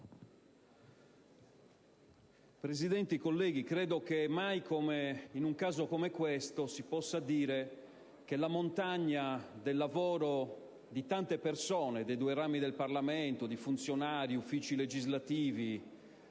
Presidente, colleghi, credo che mai come in questo caso si possa dire che la montagna del lavoro di tante persone dei due rami del Parlamento, funzionari, uffici legislativi,